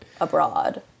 abroad